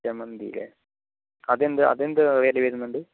ജമന്തി അല്ലേ അതെന്ത് അതെന്ത് വില വരുന്നുണ്ട്